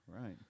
Right